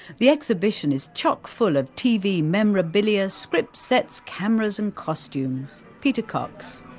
the exhibition is choc-full of tv memorabilia, scripts, sets, cameras and costumes. peter cox